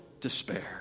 despair